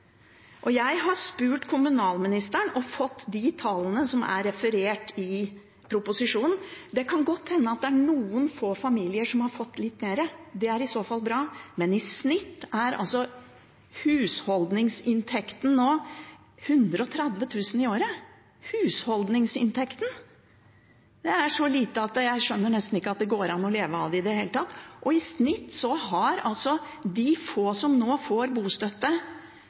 Jeg har spurt kommunalministeren og fått de tallene som er referert i proposisjonen. Det kan godt hende at det er noen få familier som har fått litt mer – det er i så fall bra – men i snitt er husholdningsinntekten nå på 130 000 kr i året – husholdningsinntekten. Det er så lite at jeg skjønner nesten ikke at det går an å leve av det i det hele tatt. I snitt har de få som nå får bostøtte,